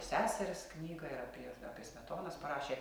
seseris knygą ir apie apie tokią smetonas parašė